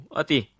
ati